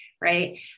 right